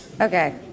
Okay